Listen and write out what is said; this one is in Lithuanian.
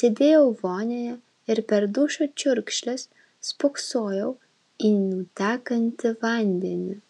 sėdėjau vonioje ir per dušo čiurkšles spoksojau į nutekantį vandenį